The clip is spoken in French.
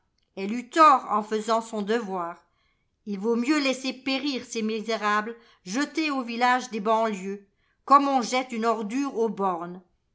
eut tort en faisant son devoir ii vaut mieux laisser périr ces misérables jetés aux villages des banlieues comme on jette une ordure aux bornes